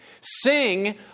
Sing